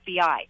FBI